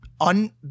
un